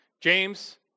James